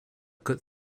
good